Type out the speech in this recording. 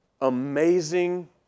amazing